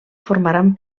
formaran